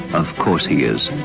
of course he is.